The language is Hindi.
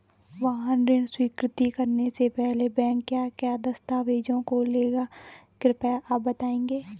वाहन ऋण स्वीकृति करने से पहले बैंक क्या क्या दस्तावेज़ों को लेगा कृपया आप बताएँगे?